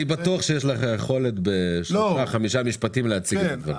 אני בטוח שיש לך יכולת בשלושה-חמישה משפטים להציג את הדברים.